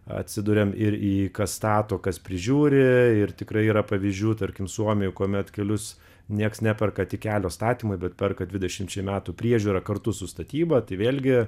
atsiduriam ir į kas stato kas prižiūri ir tikrai yra pavyzdžių tarkim suomijoj kuomet kelius nieks neperka tik kelio statymui bet perka dvidešimčiai metų priežiūrą kartu su statyba tai vėlgi